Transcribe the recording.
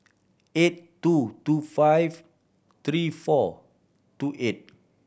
eight two two five three four two eight